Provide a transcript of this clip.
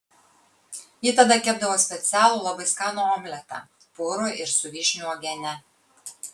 ji tada kepdavo specialų labai skanų omletą purų ir su vyšnių uogiene